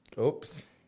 Oops